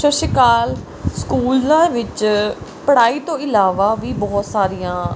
ਸਤਿ ਸ਼੍ਰੀ ਅਕਾਲ ਸਕੂਲਾਂ ਵਿੱਚ ਪੜ੍ਹਾਈ ਤੋਂ ਇਲਾਵਾ ਵੀ ਬਹੁਤ ਸਾਰੀਆਂ